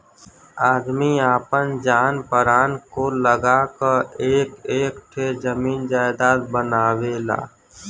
आदमी आपन जान परान कुल लगा क एक एक ठे जमीन जायजात बनावेला